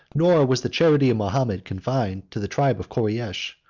nor was the charity of mahomet confined to the tribe of koreish,